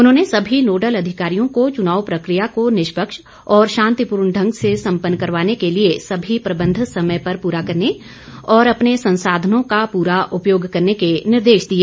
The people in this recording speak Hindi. उन्होंने सभी नोडल अधिकारियों को चुनाव प्रक्रिया को निष्पक्ष और शांतिपूर्ण ढंग से संपन्न करवाने के लिए सभी प्रबंध समय पर पूरा करने और अपने संसाधनों का पूरा उपयोग करने के निर्देश दिए